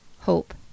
hope